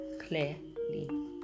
clearly